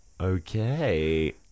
okay